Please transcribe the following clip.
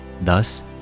Thus